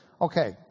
Okay